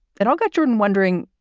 they don't got jordan wondering,